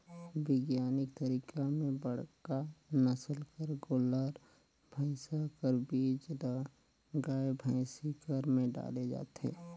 बिग्यानिक तरीका में बड़का नसल कर गोल्लर, भइसा कर बीज ल गाय, भइसी कर में डाले जाथे